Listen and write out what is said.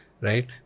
right